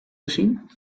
gezien